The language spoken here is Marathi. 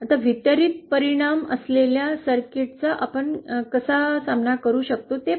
वितरित परिणाम असलेल्या सर्किटचा आपण कसा सामना करू शकतो ते पाहू या